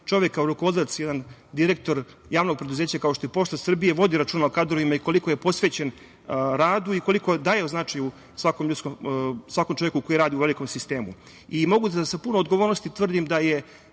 čovek kao rukovodilac, jedan direktor Javnog preduzeća, kao što je Pošta Srbije, vodi računa o kadrovima i koliko je posvećen radu i koliko daje na značaju svakom čoveku koji radi u velikom sistemu. Mogu da sa puno odgovornosti tvrdim da je